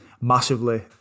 massively